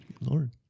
Lord